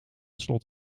slot